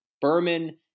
Berman